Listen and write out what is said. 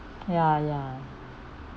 ya ya